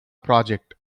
project